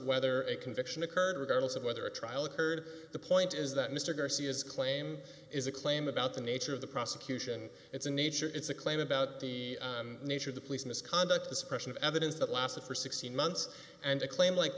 whether a conviction occurred regardless of whether a trial occurred the point is that mr garcia's claim is a claim about the nature of the prosecution its nature its a claim about the nature of the police misconduct the suppression of evidence that lasted for sixteen months and a claim like